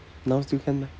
now still can meh